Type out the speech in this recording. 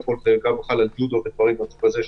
זה חל גם על ג'ודו ודברים מהסוג הזה.